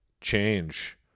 Change